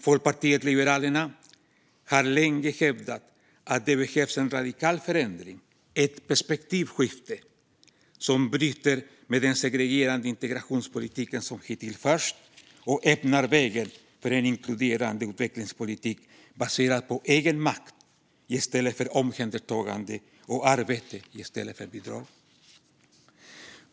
Folkpartiet liberalerna har länge hävdat att det behövs en radikal förändring, ett perspektivskifte som bryter med den segregerande integrationspolitiken som hittills förts och öppnar vägen för en inkluderande utvecklingspolitik baserad på egenmakt i stället för omhändertagande och arbete i stället för bidrag.